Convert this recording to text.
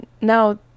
now